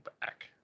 back